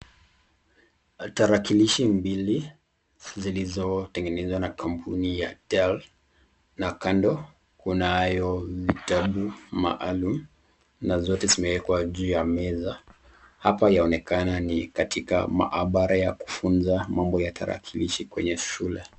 Tarakilishi mbili zilizotengenezwa nz kampuni ya DEL, na kando kunayo vitabu maalumu na zote iko kwenye meza, hapa kunaonekana ni mahabara ya kufunza tarakilishi kwenye shule.